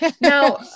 Now